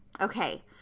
Okay